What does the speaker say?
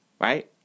Right